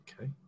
okay